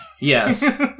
Yes